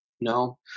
No